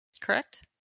Correct